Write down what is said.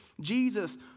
Jesus